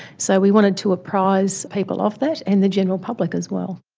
so we wanted to apprise people of that in the general public as well.